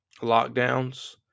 lockdowns